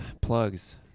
plugs